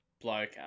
Bloke